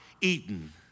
Eden